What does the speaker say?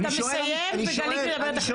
אתה מסיים, וגלית תדבר אחריך.